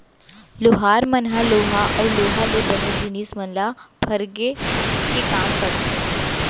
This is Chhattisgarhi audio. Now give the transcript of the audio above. लोहार मन ह लोहा अउ लोहा ले बने जिनिस मन ल फरगे के काम करथे